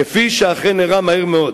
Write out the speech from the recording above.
כפי שאכן אירע מהר מאוד,